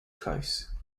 close